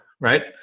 right